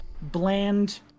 bland